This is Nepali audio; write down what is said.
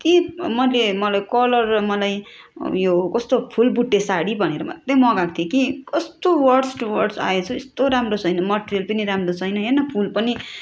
यत्ति मैले मलाई कलर मलाई उयो कस्तो फुलबुट्टे साडी भनेर मात्रै मगाएको थिएँ कि कस्तो वर्स्ट वर्स आएछ यस्तो राम्रो छैन मटेरियल पनि राम्रो छैन हेर् न फुल पनि